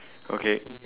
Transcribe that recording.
okay